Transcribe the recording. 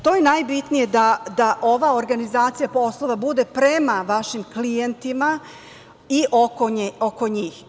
To je najbitnije, da ova organizacija poslova bude prema vašim klijentima i oko njih.